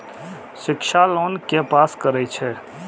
शिक्षा लोन के पास करें छै?